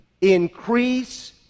increase